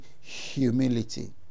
humility